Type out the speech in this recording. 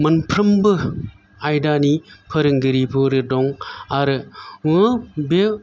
मोनफ्रोमबो आयदानि फोरोंगिरिफोर दं आरो बे